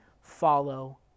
follow